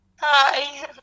Hi